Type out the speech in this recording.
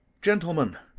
gentlemen,